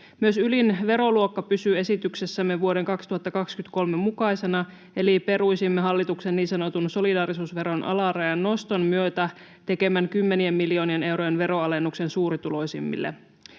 Myös ylin veroluokka pysyy esityksessämme vuoden 2023 mukaisena, eli peruisimme hallituksen niin sanotun solidaarisuusveron alarajan noston myötä tekemän kymmenien miljoonien eurojen veroalennuksen suurituloisimmille.